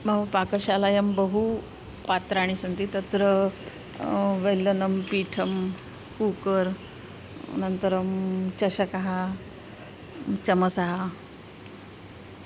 मम पाकशालायां बहु पात्राणि सन्ति तत्र वेल्लनं पीठं कूकर् अनन्तरं चषकः चमसः